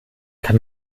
kann